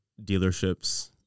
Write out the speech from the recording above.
dealerships